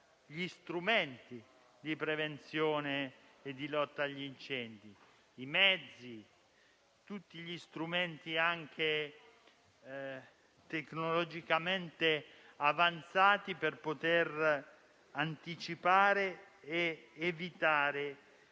gli strumenti di prevenzione e di lotta agli incendi, i mezzi e tutti gli strumenti tecnologicamente avanzati per poter anticipare il